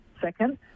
Second